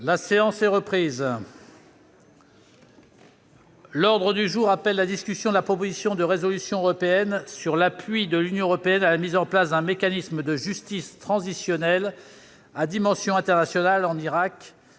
La séance est reprise. L'ordre du jour appelle la discussion de la proposition de résolution européenne sur l'appui de l'Union européenne à la mise en place d'un mécanisme de justice transitionnelle à dimension internationale en Irak,